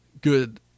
good